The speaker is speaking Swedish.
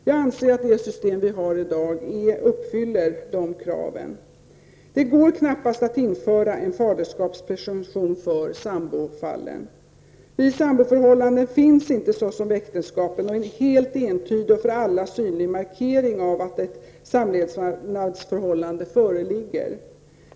Jag anser att de system som vi har i dag uppfyller de kraven. Det går knappast att införa en faderskapspresumtion för sambofallen. I samboförhållanden finns inte såsom vid äktenskap en helt entydig och för alla synlig markering av att ett samlevnadsförhållande föreligger.